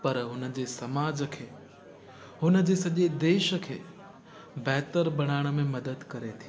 पर हुनजे समाज खे हुनजे सॼे देश खे बहितर बणाइण में मदद करे थी